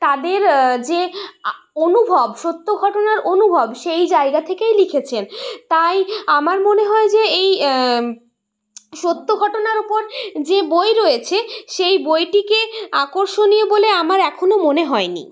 তাদের যে আ অনুভব সত্য ঘটনার অনুভব সেই জায়গা থেকেই লিখেছেন তাই আমার মনে হয় যে এই সত্য ঘটনার ওপর বই রয়েছে সেই বইটিকে আকর্ষণীয় বলে আমার এখনো মনে হয়নি